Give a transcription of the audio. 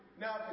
Now